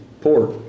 pork